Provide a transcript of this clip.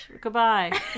Goodbye